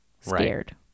scared